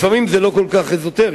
לפעמים זה כל כך אזוטרי.